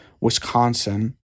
Wisconsin